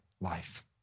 Life